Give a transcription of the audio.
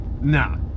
Nah